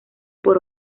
por